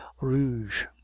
rouge